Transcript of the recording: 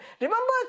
Remember